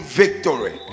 victory